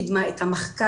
קידמה את המחקר,